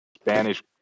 Spanish